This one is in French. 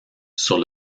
sur